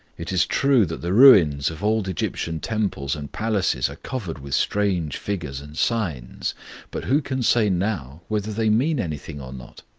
it is true that the ruins of old egyptian temples and palaces are covered with strange figures and signs but who can say now whether they mean anything or not